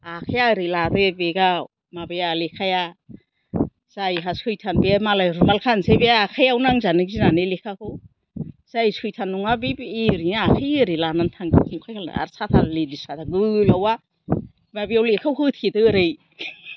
आखाइया ओरै लाबोयो बेगआव माबाया लेखाया जायहा सैथान बेयो मालाय रुमाल खासै बे आखाइयाव नांजानो गिनानै लेखाखौ जाय सैथान नङा बे ओरैनो आखाइ ओरै लानानै थांसै आरो साथा लेडिस साथा गोलावआ माबायाव लेखायाव होथेदो ओरै